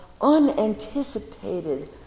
unanticipated